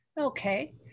Okay